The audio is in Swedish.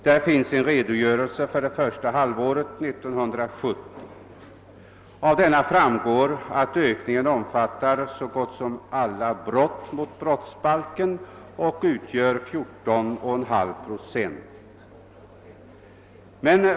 Där finns en redogörelse för första halvåret 1970, och av den framgår att »ökningen ——— omfattar så gott som samtliga brott mot brottsbalken» och utgör 14,5 procent.